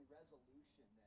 resolution